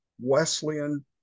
Wesleyan